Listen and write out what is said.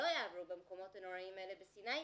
שלא יעברו במקומות הנוראיים האלה בסיני,